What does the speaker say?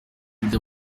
byo